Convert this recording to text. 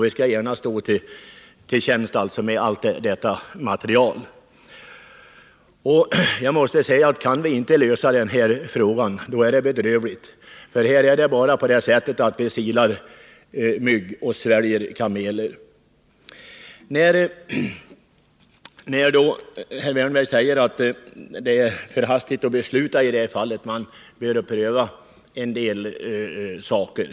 Vi står gärna till tjänst med att tillhandahålla allt detta material. Om vi inte kan lösa den här frågan är det bedrövligt, för vad vi eljest här gör är att vi silar mygg och sväljer kameler. Herr Wärnberg säger att det är för tidigt att fatta beslut i det här fallet, att man först bör pröva en del saker.